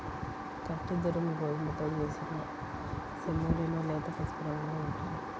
గట్టి దురుమ్ గోధుమతో చేసిన సెమోలినా లేత పసుపు రంగులో ఉంటుంది